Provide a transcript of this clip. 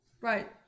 right